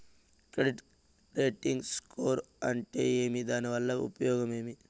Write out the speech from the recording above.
Credit rating score అంటే ఏమి దాని వల్ల ఉపయోగం ఏమి?